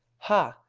ha!